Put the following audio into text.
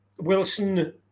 Wilson